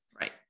right